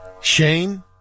Shane